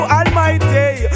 Almighty